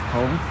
Home